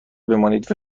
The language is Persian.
بمانید